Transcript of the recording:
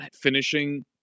finishing